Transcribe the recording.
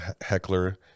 heckler